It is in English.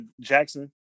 Jackson